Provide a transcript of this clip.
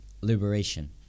liberation